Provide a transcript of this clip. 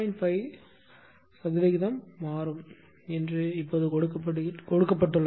5 சதவிகிதம் மாறும் என்று இப்போது கொடுக்கப்பட்டுள்ளது